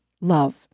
love